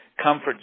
comfort